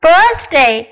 Birthday